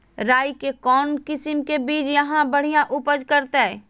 राई के कौन किसिम के बिज यहा बड़िया उपज करते?